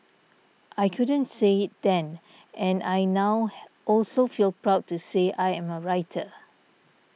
I couldn't say it then and I now also feel proud to say I am a writer